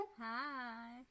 Hi